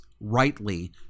rightly